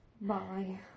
Bye